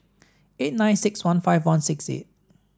eight nine six one five one six eight